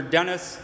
Dennis